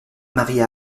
marie